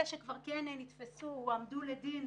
אלה שכבר כן נתפסו והועמדו לדין,